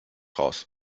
raus